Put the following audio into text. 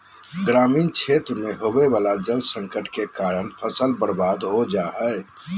ग्रामीण क्षेत्र मे होवे वला जल संकट के कारण फसल बर्बाद हो जा हय